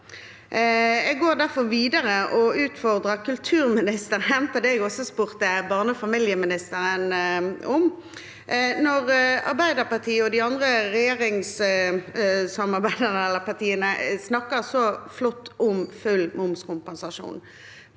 Jeg går derfor videre og vil utfordre kulturministeren på det jeg også spurte barne- og familieministeren om. Når Arbeiderpartiet og det andre regjeringspartiet snakker så flott om full momskompensasjon,